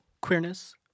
queerness